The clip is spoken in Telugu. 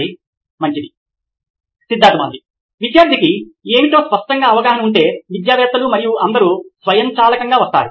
సిద్ధార్థ్ మాతురి సీఈఓ నోయిన్ ఎలక్ట్రానిక్స్ విద్యార్థికి ఏమిటో స్పష్టంగా అవగాహన ఉంటే విద్యావేత్తలు మరియు అందరూ స్వయంచాలకంగా వస్తారు